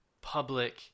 public